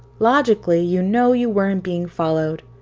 logically, you know you weren't being followed,